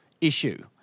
issue